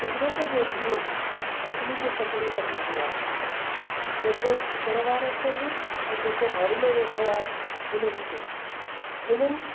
cigarette जो दूंहों सभिनी खे तकलीफ़ ॾींदो आहे सिगरेट छिकण वारे खे बि ऐं जेको भर में वेठो आहे हुननि खे हिननि